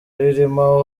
ririmo